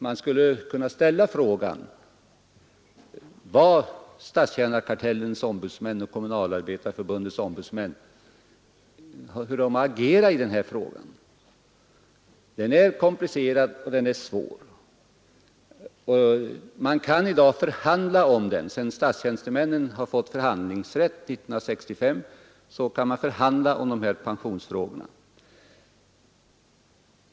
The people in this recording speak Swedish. Man skulle kunna ställa frågan hur Statstjänarkartellens ombudsmän och Kommunalarbetareförbundets ombudsmän har agerat i denna fråga. Den är komplicerad. Sedan statstjänstemännen år 1965 fick förhandlingsrätt kan man förhandla om pensionsfrågorna.